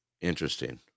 interesting